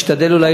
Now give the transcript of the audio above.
הכנסת הם שבעה,